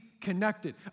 connected